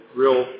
real